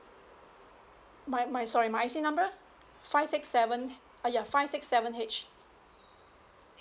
my my sorry my I_C number five six seven uh ya five six seven H